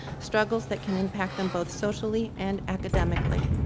struggles that can impact them both socially and academically.